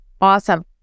awesome